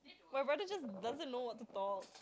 my brother just doesn't know what to talk